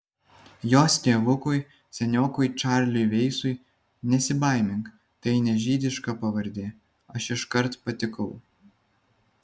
jos tėvukui seniokui čarliui veisui nesibaimink tai ne žydiška pavardė aš iškart patikau